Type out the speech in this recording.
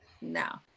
No